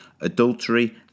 adultery